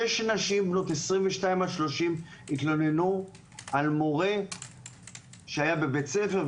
שש נשים בנות 22 עד 30 התלוננו על מורה שהיה בבית ספר,